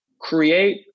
create